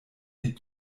die